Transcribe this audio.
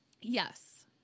yes